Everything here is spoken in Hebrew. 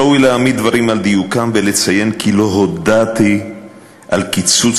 ראוי להעמיד דברים על דיוקם ולציין כי לא הודעתי על קיצוץ